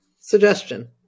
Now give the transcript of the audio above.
suggestion